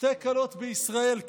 שתי כלות בישראל,